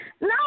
No